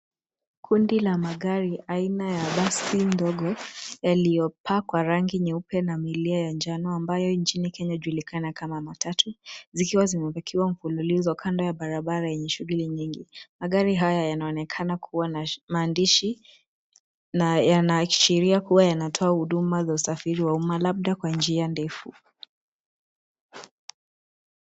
Kundi la magari, aina ya basi ndogo, yaliyopakwa rangi nyeupe na milia ya njano, ambayo nchini Kenya hujulikana kama Matatu. Zikiwa zimepakiwa mfululizo kando ya barabara yenye shughuli nyingi. Magari haya yanaonekana kuwa na maandishi na yanaashiria kuwa yanatoa huduma za usafiri wa umma, labda kwa njia ndefu.